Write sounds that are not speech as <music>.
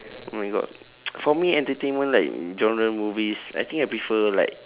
oh my god <noise> for me entertainment like genre movies I think I prefer like